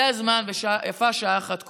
זה הזמן, ויפה שעה אחת קודם.